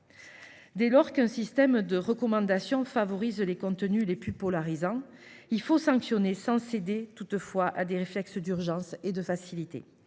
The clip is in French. Dès lors qu’un système de recommandation favorise les contenus les plus polarisants, il faut le sanctionner, sans pour autant céder à des réflexes d’urgence et de facilité.